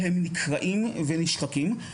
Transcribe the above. והם נקרעים ונשחקים.